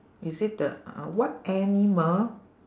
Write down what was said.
you say the ah what animal